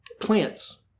plants